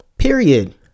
Period